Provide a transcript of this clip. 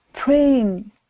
praying